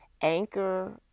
Anchor